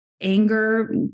Anger